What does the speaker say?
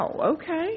okay